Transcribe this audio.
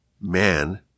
man